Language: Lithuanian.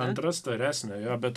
antra storesnė jo bet